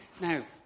Now